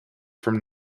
from